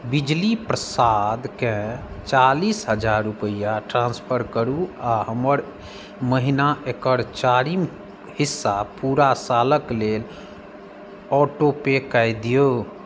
बिजली प्रसादकेँ चालीस हजार रूपैआ ट्रान्स्फर करू आ हर महिना एकर चारिम हिस्सा पूरा सालक लेल ऑटोपे कए दियौ